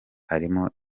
harimo